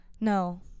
No